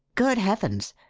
good heavens!